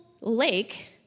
lake